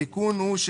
התיקון הוא,